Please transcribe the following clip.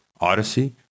Odyssey